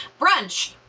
brunch